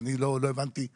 שאני לא הבנתי למה,